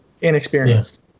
inexperienced